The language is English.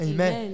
Amen